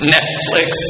Netflix